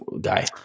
guy